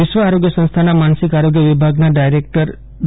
વિશ્વ આરોગ્ય સંસ્થાના માનસિક આરોગ્ય વિભાગના ડાયરેક્ટર ડો